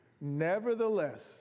Nevertheless